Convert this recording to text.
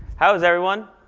how is everyone?